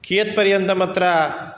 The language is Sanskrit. कियत्पर्यन्तमत्र